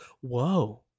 whoa